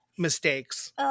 mistakes